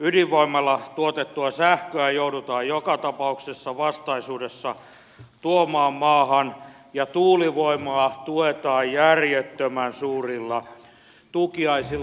ydinvoimalla tuotettua sähköä joudutaan joka tapauksessa vastaisuudessa tuomaan maahan ja tuulivoimaa tuetaan järjettömän suurilla tukiaisilla